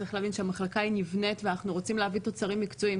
צריך להבין שהמחלקה היא נבנית ואנחנו רוצים להביא תוצרים מקצועיים.